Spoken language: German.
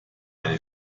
eine